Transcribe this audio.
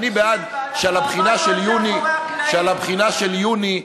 50, ואנחנו עבדנו על זה מאחורי הקלעים.